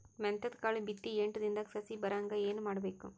ಮೆಂತ್ಯದ ಕಾಳು ಬಿತ್ತಿ ಎಂಟು ದಿನದಾಗ ಸಸಿ ಬರಹಂಗ ಏನ ಮಾಡಬೇಕು?